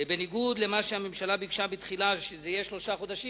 בניגוד למה שהממשלה ביקשה בתחילה שזה יהיה שלושה חודשים,